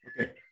Okay